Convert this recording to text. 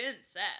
set